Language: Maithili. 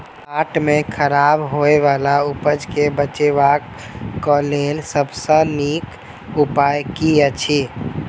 हाट मे खराब होय बला उपज केँ बेचबाक क लेल सबसँ नीक उपाय की अछि?